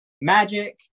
magic